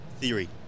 theory